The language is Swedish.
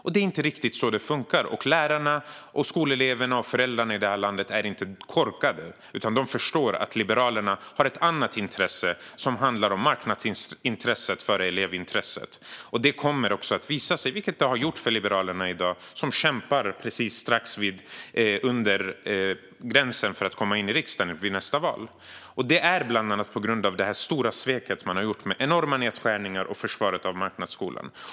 Men det är inte riktigt så det funkar. Lärarna, skoleleverna och föräldrarna i det här landet är inte korkade, utan de förstår att Liberalerna har ett annat intresse. Man sätter marknadsintresset före elevintresset. Det kommer också att visa sig, vilket det har gjort för Liberalerna i dag. Liberalerna kämpar nu precis under gränsen för att komma in i riksdagen vid nästa val. Det är bland annat på grund av det stora sveket med enorma nedskärningar och försvaret av marknadsskolan.